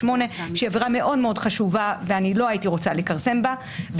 שהיא עבירה מאוד מאוד חשובה ואני לא הייתי רוצה לכרסם בה.